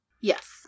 Yes